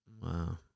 Wow